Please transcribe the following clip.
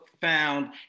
found